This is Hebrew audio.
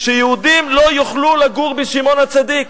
שיהודים לא יוכלו לגור בשמעון-הצדיק.